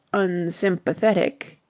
unsympathetic,